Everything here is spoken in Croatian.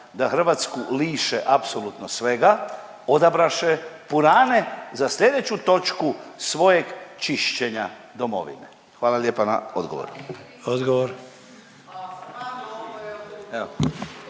da Hrvatsku liše apsolutno svega odabraše purane za sljedeću točku svojeg čišćenja Domovine. Hvala lijepa na odgovoru.